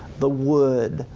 the wood,